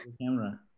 camera